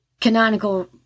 canonical